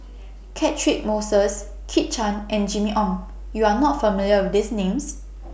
Catchick Moses Kit Chan and Jimmy Ong YOU Are not familiar with These Names